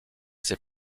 ces